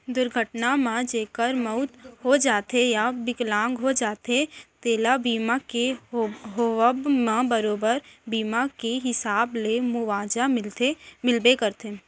दुरघटना म जेकर मउत हो जाथे या बिकलांग हो जाथें तेला बीमा के होवब म बरोबर बीमा के हिसाब ले मुवाजा मिलबे करथे